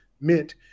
meant